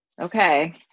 Okay